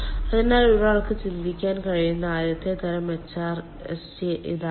അതിനാൽ ഒരാൾക്ക് ചിന്തിക്കാൻ കഴിയുന്ന ആദ്യത്തെ തരം HRSG ഇതാണ്